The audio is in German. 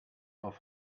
auf